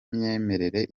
imyemerere